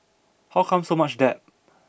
how come so much debt